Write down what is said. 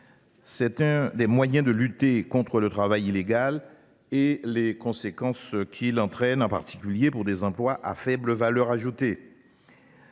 c’est l’un des moyens de lutter contre le travail illégal et ses conséquences, en particulier pour des emplois à faible valeur ajoutée.